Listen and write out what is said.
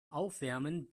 aufwärmen